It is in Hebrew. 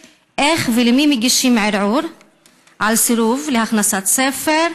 3. איך ולמי מגישים ערעור על סירוב להכנסת ספר?